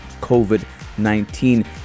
COVID-19